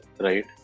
right